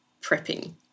prepping